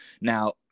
now